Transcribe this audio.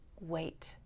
wait